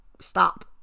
stop